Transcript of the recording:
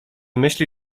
myśli